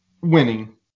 Winning